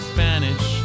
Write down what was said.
Spanish